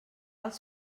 els